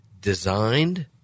designed